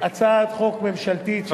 הצעת חוק ממשלתית, חשובה.